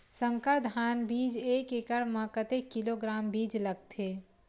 संकर धान बीज एक एकड़ म कतेक किलोग्राम बीज लगथे?